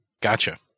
gotcha